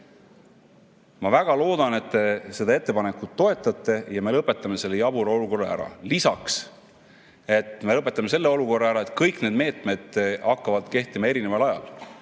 Ma väga loodan, et te seda ettepanekut toetate ja me lõpetame selle jabura olukorra ära. Lisaks me lõpetame ära olukorra, kus kõik need meetmed hakkavad kehtima eri ajal.